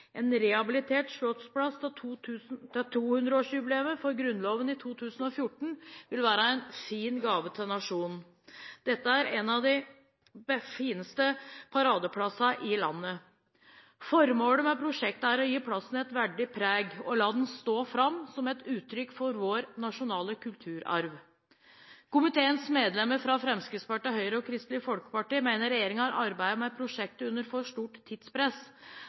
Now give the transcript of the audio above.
En rehabilitert slottsplass til 200-årsjubileet for Grunnloven i 2014 vil være en fin gave til nasjonen. Dette er en av de fineste paradeplassene i landet. Formålet med prosjektet er å gi plassen et verdig preg og la den stå fram som et uttrykk for vår nasjonale kulturarv. Komiteens medlemmer fra Fremskrittspartiet, Høyre og Kristelig Folkeparti mener regjeringen har arbeidet med prosjektet under for stort tidspress.